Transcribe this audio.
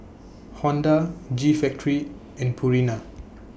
Honda G Factory and Purina